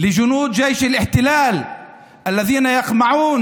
(אומר בערבית: לחיילי צבא הכיבוש אשר